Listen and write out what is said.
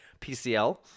PCL